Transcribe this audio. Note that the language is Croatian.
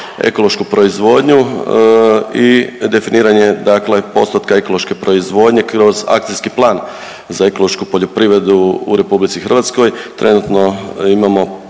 ekološku proizvodnju i definiranje, dakle postotka ekološke proizvodnje kroz akcijski plan za ekološku poljoprivredu u Republici Hrvatskoj. Trenutno imamo